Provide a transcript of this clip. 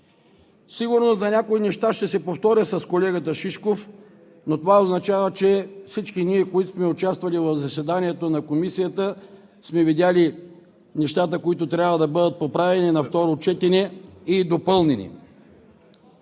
Сигурно за някои неща ще се повторя с колегата Шишков, но това означава, че всички ние, които сме участвали в заседанието на Комисията, сме видели нещата, които трябва да бъдат поправени и допълнени